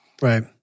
Right